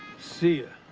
see ah